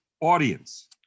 audience